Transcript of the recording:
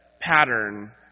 pattern